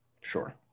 sure